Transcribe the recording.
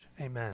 Amen